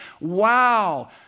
Wow